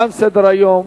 תם סדר-היום.